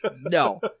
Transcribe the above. No